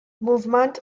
movement